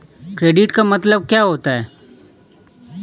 Credit का मतलब क्या होता है?